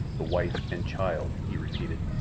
the wife and child! he repeated.